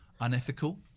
Unethical